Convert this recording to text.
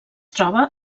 troba